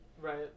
Right